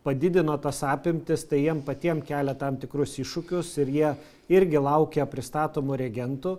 padidino tas apimtis tai jiem patiem kelia tam tikrus iššūkius ir jie irgi laukia pristatomų reagentų